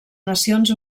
nacions